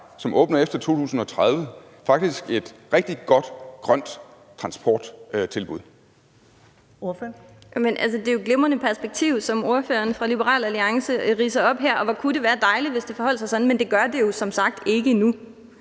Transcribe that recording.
Kl. 18:11 Anne Valentina Berthelsen (SF): Det er jo et glimrende perspektiv, som ordføreren for Liberal Alliance ridser op her, og hvor kunne det være dejligt, hvis det forholdt sig sådan, men det gør det jo som sagt ikke endnu.